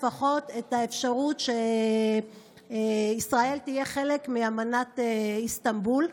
האפשרות שישראל תהיה חלק מאמנת איסטנבול,